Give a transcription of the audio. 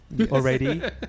already